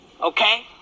okay